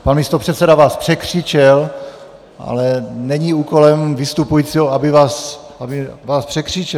Pan místopředseda vás překřičel, ale není úkolem vystupujícího, aby vás překřičel.